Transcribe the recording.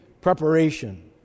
preparation